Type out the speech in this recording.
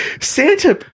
Santa